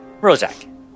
Rozak